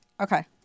Okay